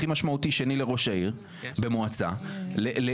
הכי משמעותי שני לראש העיר במועצה לקואליציה,